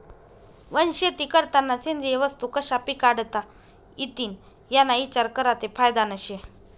वनशेती करतांना सेंद्रिय वस्तू कशा पिकाडता इतीन याना इचार करा ते फायदानं शे